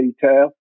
detail